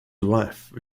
wife